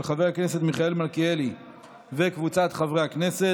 של חבר הכנסת מיכאל מלכיאלי וקבוצת חברי הכנסת.